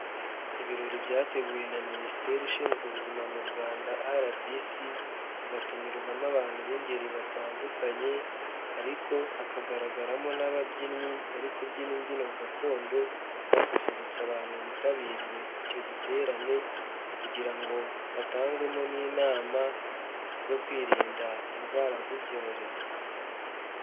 Ibirori byateguwe na Minisiteri ishinzwe ubuzima mu Rwanda RBC, hagatumirwamo abantu b'ingeri batandukanye, ariko hakagaragaramo n'ababyinnyi bari kubyina imbyino gakondo, basusurutsa abantu bitabiriye icyo giterane, kugira ngo hatangwemo n'inama zo kwirinda indwara z'ibyorezo.